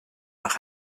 nach